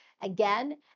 again